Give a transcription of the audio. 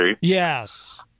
Yes